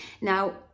now